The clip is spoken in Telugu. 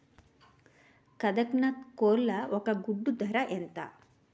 కదక్నత్ కోళ్ల ఒక గుడ్డు ధర ఎంత?